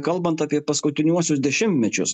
kalbant apie paskutiniuosius dešimtmečius